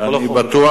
אני בטוח.